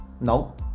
No